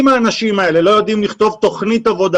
אם האנשים האלה לא יודעים לכתוב תוכנית עבודה